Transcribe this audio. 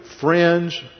friends